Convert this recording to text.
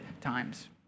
times